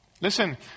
Listen